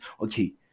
okay